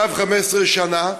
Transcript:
115 שנה,